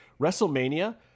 WrestleMania